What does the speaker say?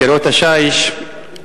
קירות השיש,